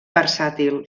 versàtil